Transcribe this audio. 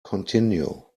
continue